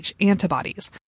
antibodies